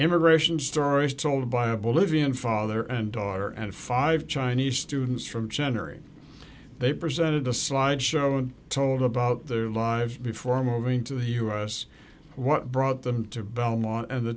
immigration stories told by a bolivian father and daughter and five chinese students from center they presented a slide show and told about their lives before moving to the us what brought them to belmont and the